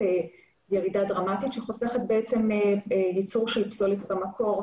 ירידה דרמטית שחוסכת ייצור של פסולת במקור,